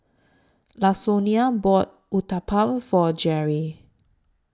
Lasonya bought Uthapam For Jerry